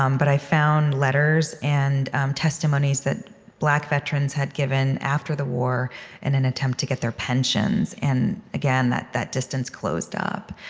um but i found letters and testimonies that black veterans had given after the war in an attempt to get their pensions. and again, that that distance closed up.